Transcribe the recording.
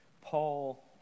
Paul